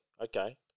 Okay